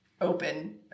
Open